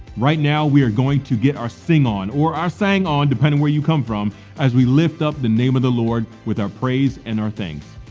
right now we are going to get our sing on, or our sang on depending where you come from as we lift up the name of the lord with our praise and our thanks,